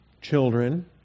children